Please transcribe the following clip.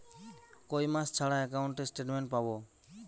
কয় মাস ছাড়া একাউন্টে স্টেটমেন্ট পাব?